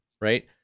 right